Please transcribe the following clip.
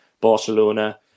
Barcelona